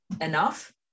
enough